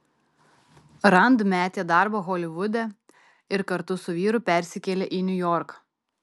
rand metė darbą holivude ir kartu su vyru persikėlė į niujorką